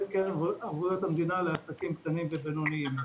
קרן ערבויות המדינה לעסקים קטנים ובינוניים.